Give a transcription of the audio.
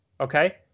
okay